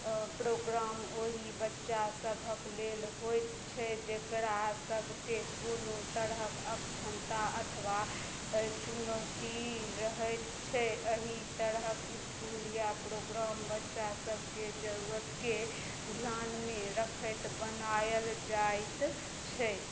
programme ओहि बच्चा सभक लेल होइत छै जकरा सभके कोनो तरहक अक्षमता अथवा चुनौती रहैत छै अहि तरहक स्कूल या प्रोग्राम बच्चा सभके जरुरतके ध्यानमे रखैत बनायल जाइत छै